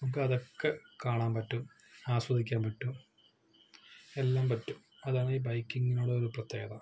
നമുക്കതൊക്കെ കാണാന് പറ്റും ആസ്വദിക്കാന് പറ്റും എല്ലാം പറ്റും അതാണ് ഈ ബൈക്കിംഗിനുള്ള ഒരു പ്രത്യേകത